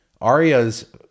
Aria's